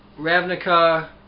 Ravnica